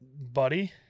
Buddy